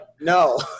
no